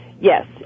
Yes